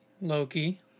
Loki